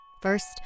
First